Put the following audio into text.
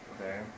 Okay